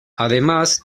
además